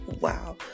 Wow